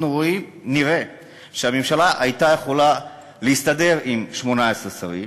אנחנו נראה שהממשלה הייתה יכולה להסתדר עם 18 שרים,